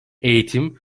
eğitim